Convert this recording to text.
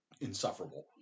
insufferable